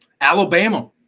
Alabama